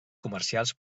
comercials